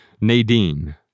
Nadine